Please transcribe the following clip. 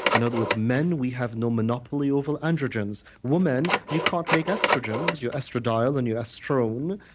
in other words, men we have no monopoly over androgens. women, you can't make estrogens, your estradiol and your estrone,